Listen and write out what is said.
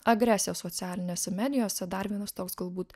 agresija socialinėse medijose dar vienas toks galbūt